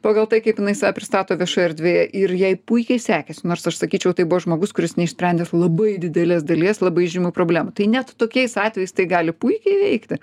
pagal tai kaip jinai save pristato viešoje erdvėje ir jai puikiai sekėsi nors aš sakyčiau tai buvo žmogus kuris neišsprendęs labai didelės dalies labai žymių problemų tai net tokiais atvejais tai gali puikiai veikti